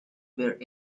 where